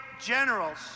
generals